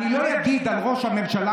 אני לא אגיד על ראש הממשלה,